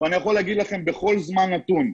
אני יכול להגיד לכם בכל זמן נתון,